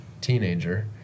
teenager